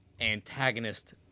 antagonist